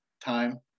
time